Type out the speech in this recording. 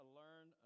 learn